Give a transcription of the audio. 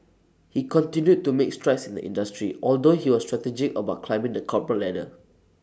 he continued to make strides in the industry although he was strategic about climbing the corporate ladder